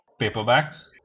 Paperbacks